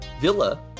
Villa